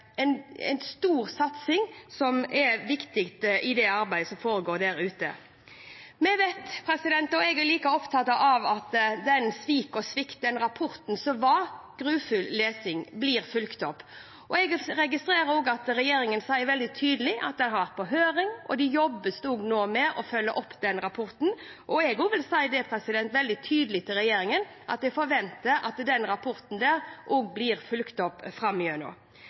arbeidet som foregår der ute. Jeg er like opptatt av at den rapporten, Svikt og svik, som var grufull lesing, blir fulgt opp. Jeg registrerer også at regjeringen sier veldig tydelig at dette har vært på høring, og det jobbes nå med å følge opp den rapporten, og jeg vil også si det veldig tydelig til regjeringen at jeg forventer at den rapporten også blir fulgt opp